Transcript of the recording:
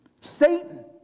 Satan